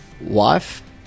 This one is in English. wife